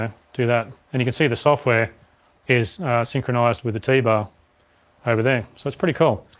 and do that, and you can see the software is synchronized with the t-bar over there so it's pretty cool.